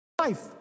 Life